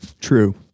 True